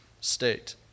state